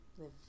live